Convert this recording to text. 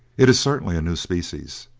it is certainly a new species.